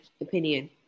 opinion